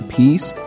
peace